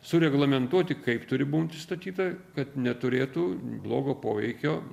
sureglamentuoti kaip turi būti statyta kad neturėtų blogo poveikio